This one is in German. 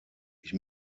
ich